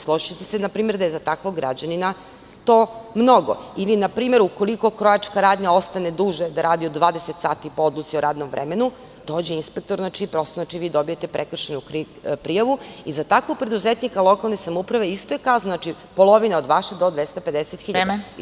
Složićete se na primer da je za takvog građanina to mnogo ili, na primer, ukoliko krojačka radnja ostane duže da radi od 20 sati po odluci o radnom vremenu, dođe inspektor, vi dobijete prekršajnu prijavu i za takvog preduzetnika lokalne samouprave kazna je ista, znači, polovina od vaše do 250.000.